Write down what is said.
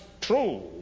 true